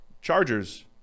Chargers